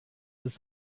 ist